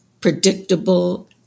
predictable